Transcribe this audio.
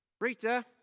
Rita